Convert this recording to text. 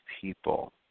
people